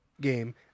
game